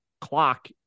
clock